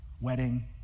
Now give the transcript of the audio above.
wedding